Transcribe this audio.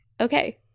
Okay